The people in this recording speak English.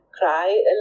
cry